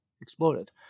exploded